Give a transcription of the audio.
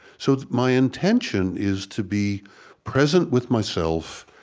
so my intention is to be present with myself,